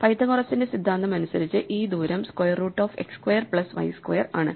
പൈതഗോറസിന്റെ സിദ്ധാന്തം അനുസരിച്ച് ഈ ദൂരം square root of x square plus y square ആണ്